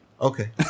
Okay